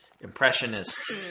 impressionist